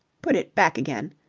put it back again,